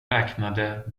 räknade